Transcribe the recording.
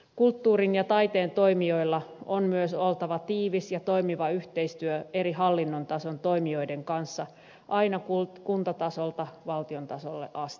kulttuurin ja taiteen toimijoilla on myös oltava tiivis ja toimiva yhteistyö hallinnon eri tason toimijoiden kanssa aina kuntatasolta valtion tasolle asti